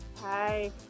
Hi